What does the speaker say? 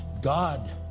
God